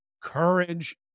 courage